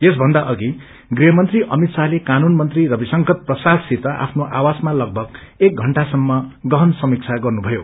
यसभन्छा अघि गृहमंत्री अमित शाहले कानू मंत्री रविशंकर प्रसादिसित आफ्नो आवासामा लगभग एक षण्टा सम्प गहन समीक्षा गर्नुषयो